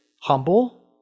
humble